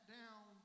down